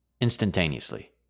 instantaneously